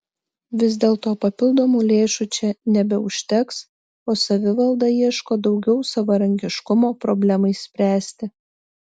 vis dėlto papildomų lėšų čia nebeužteks o savivalda ieško daugiau savarankiškumo problemai spręsti